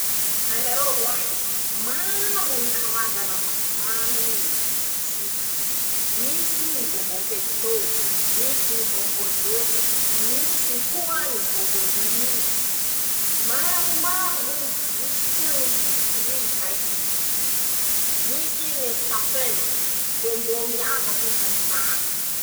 .<...>Hainareo roahy e, maro ñy karazany vatomamy mety hitatsika: -Misy ñy bômbô pekitô, misy ñy bômbô joky, misy koa ñy bômbô miny, maromaro rozy misy koa ñy tity foroy zay.<ptoa>, misy esitafely, bômbô miavak'io sady mamy.